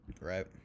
right